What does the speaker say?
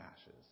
ashes